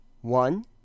one